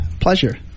pleasure